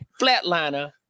Flatliner